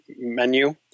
menu